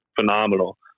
phenomenal